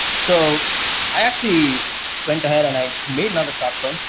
so i actually went ahead and i made another short film.